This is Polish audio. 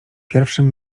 pierwszym